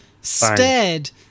stared